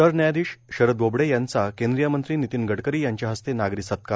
सरन्यायाधीश शरद बोबडे यांचा केंद्रीय मंत्री नितीन गडकरी यांच्या हस्ते नागरी सत्कार